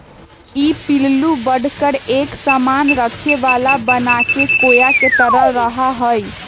ई पिल्लू बढ़कर एक सामान रखे वाला बनाके कोया के तरह रहा हई